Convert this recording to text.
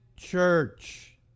Church